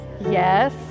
Yes